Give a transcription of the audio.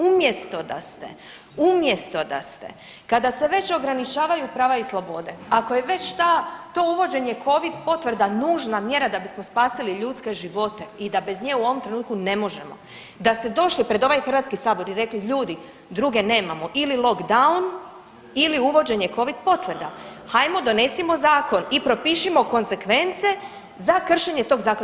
Umjesto da ste, umjesto da ste kada se već ograničavaju prava i slobode, ako je već ta, to uvođenje Covid potvrda nužna mjera da bismo spasili ljudske živote i da bez nje u ovom trenutku ne možemo, da ste došli pred ovaj Hrvatski sabor i rekli, ljudi druge nemamo ili lockdown ili uvođenje Covid potvrda, hajmo donesimo zakon i propišemo konsekvence za kršenje tog zakona.